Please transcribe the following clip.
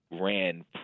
ran